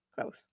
Gross